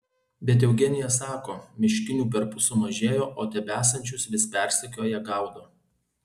bet eugenija sako miškinių perpus sumažėjo o tebesančius vis persekioja gaudo